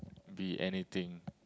be anything